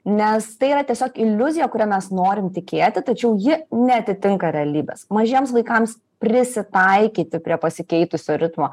nes tai yra tiesiog iliuzija kurią mes norim tikėti tačiau ji neatitinka realybės mažiems vaikams prisitaikyti prie pasikeitusio ritmo